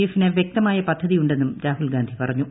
എഫിന് വ്യക്തമായ പദ്ധതിയുണ്ടെന്നും രാഹുൽഗാന്ധി പ്റഞ്ഞു